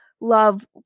love